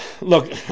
look